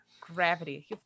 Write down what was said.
gravity